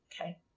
Okay